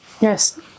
Yes